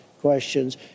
questions